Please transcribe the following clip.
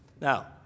Now